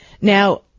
Now